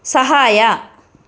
ಸಹಾಯ